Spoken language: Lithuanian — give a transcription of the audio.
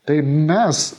tai mes